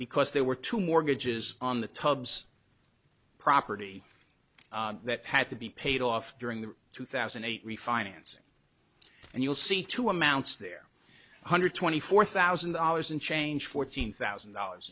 because there were two mortgages on the tub's property that had to be paid off during the two thousand and eight refinancing and you'll see two amounts there one hundred twenty four thousand dollars in change fourteen thousand dollars